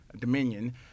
dominion